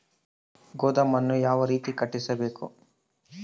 ಗೋದಾಮನ್ನು ಯಾವ ರೇತಿ ಕಟ್ಟಿಸಬೇಕು?